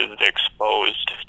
exposed